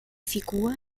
figur